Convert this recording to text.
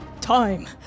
time